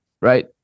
right